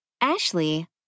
Ashley